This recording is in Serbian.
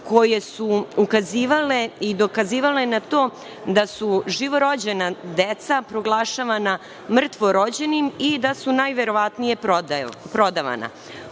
koje su ukazivale i dokazivale na to da su živorođena deca proglašavana mrtvorođenim i da su najverovatnije prodavana.U